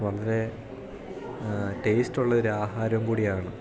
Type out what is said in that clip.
വളരേ ടേസ്റ്റ് ഉള്ള ഒരാഹാരം കൂടിയാണ്